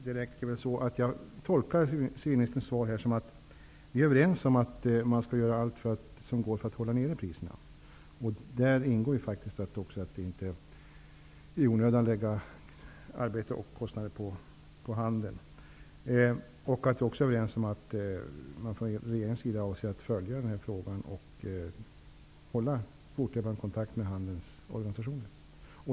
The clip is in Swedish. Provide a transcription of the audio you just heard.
Herr talman! Jag tolkar civilministerns svar så, att vi är överens om att man skall göra allt som går för att hålla priserna nere. I detta ingår faktiskt att inte i onödan lägga kostnader på handeln. Regeringen avser tydligen att följa denna fråga och hålla fortlöpande kontakter med handelns organisationer.